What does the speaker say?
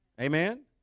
Amen